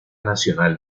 nacional